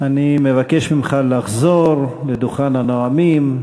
אני מבקש ממך לחזור לדוכן הנואמים,